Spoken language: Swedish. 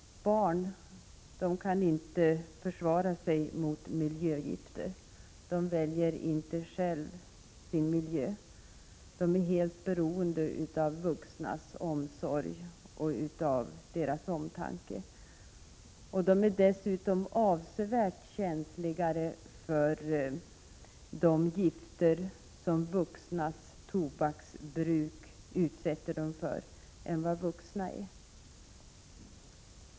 Barn kan inte försvara sig mot miljögifter. De väljer inte själva sin miljö utan är helt beroende av vuxnas omsorg och omtanke. De är dessutom avsevärt mer känsliga för de gifter som vuxnas tobaksbruk utsätter dem för än vad vuxna själva är.